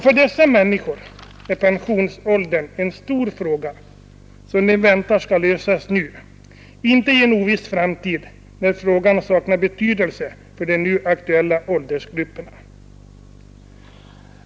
För dessa människor är pensionsåldern en stor fråga, som de väntar skall lösas nu, inte i en oviss framtid, när frågan saknar betydelse för de nu aktuella åldersgrupperna.